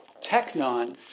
technon